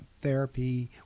therapy